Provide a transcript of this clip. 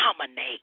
dominate